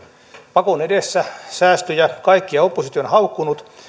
pakon edessä säästöjä kaikkia oppositio on haukkunut